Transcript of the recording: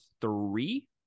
three